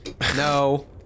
No